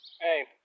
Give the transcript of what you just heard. hey